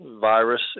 virus